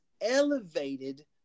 elevated